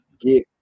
get